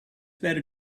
better